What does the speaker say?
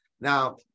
now